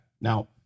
Now